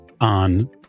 on